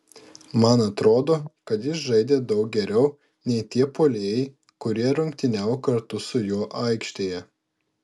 man atrodo kad jis žaidė daug geriau nei tie puolėjai kurie rungtyniavo kartu su juo aikštėje